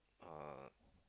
uh